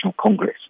Congress